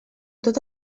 tot